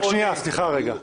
שנייה, סליחה רגע.